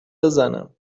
بزنماینا